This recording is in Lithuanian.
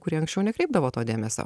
kurie anksčiau nekreipdavo dėmesio